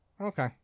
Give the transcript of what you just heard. Okay